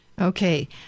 Okay